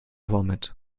vomit